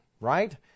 right